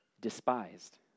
despised